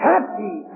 Happy